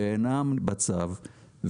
שאינם בצו,